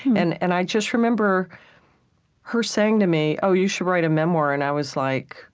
and and i just remember her saying to me, oh, you should write a memoir. and i was like,